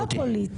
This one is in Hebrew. טוב, אחותי.